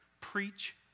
preach